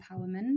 empowerment